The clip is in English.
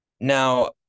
Now